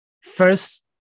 First